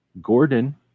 gordon